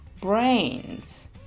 brains